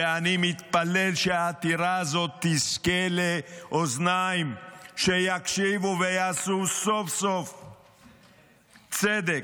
ואני מתפלל שהעתירה הזאת תזכה לאוזניים שיקשיבו ויעשו סוף-סוף צדק.